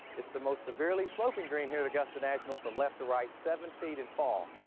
it's the most severely sloping green here at augusta national from left to right seven feet in fall.